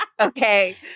Okay